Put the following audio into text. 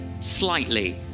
slightly